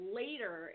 later